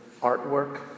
artwork